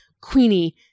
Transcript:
Queenie